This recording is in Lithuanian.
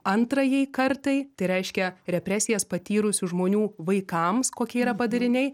antrajai kartai tai reiškia represijas patyrusių žmonių vaikams kokie yra padariniai